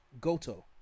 Goto